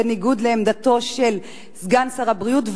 בניגוד לעמדתו של סגן שר הבריאות.